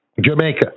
Jamaica